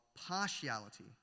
partiality